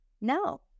No